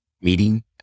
Meeting